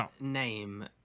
name